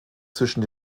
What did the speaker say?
zwischen